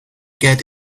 get